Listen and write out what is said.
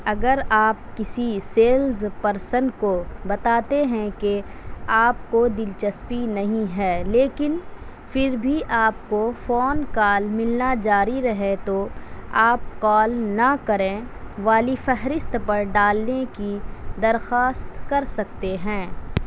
اگر آپ کسی سیلز پرسن کو بتاتے ہیں کہ آپ کو دلچسپی نہیں ہے لیکن پھر بھی آپ کو فون کال ملنا جاری رہے تو آپ کال نہ کریں والی فہرست پر ڈالنے کی درخواست کر سکتے ہیں